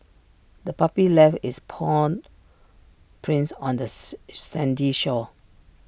the puppy left its paw prints on the sandy shore